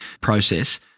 process